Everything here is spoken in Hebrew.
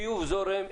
ביוב זורם,